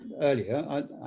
earlier